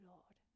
Lord